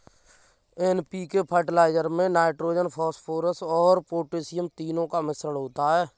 NPK fertiliser में nitrogen, phosphorus और potassium तीनों का मिश्रण होता है